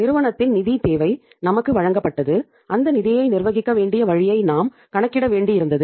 நிறுவனத்தின் நிதித் தேவை நமக்கு வழங்கப்பட்டது அந்த நிதியை நிர்வகிக்க வேண்டிய வழியை நாம் கணக்கிட வேண்டியிருந்தது